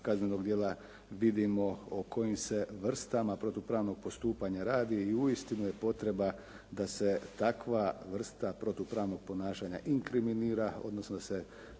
kaznenog djela vidimo o kojim se vrstama protupravnog postupanja radi i uistinu je potreba da se takva vrsta protupravnog ponašanja inkriminira, odnosno da se